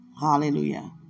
Hallelujah